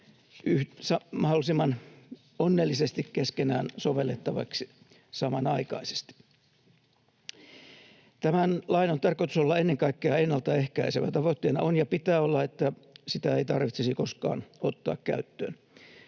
mahdollisimman onnellisesti keskenään sovellettavaksi samanaikaisesti. Tämän lain on tarkoitus olla ennen kaikkea ennalta ehkäisevä. Tavoitteena on ja pitää olla, että sitä ei tarvitsisi koskaan ottaa käyttöön.